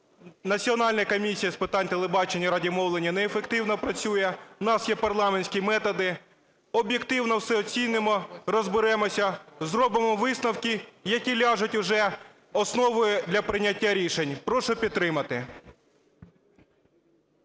Національна комісія з питань телебачення і радіомовлення неефективно працює. У нас є парламентські методи, об'єктивно все оцінимо, розберемося, зробимо висновки, які ляжуть уже основою для прийняття рішень. Прошу підтримати.